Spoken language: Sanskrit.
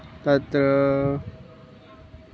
तत्र